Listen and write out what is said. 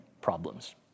problems